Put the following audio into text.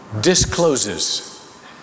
discloses